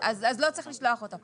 אז לא צריך לשלוח אותו.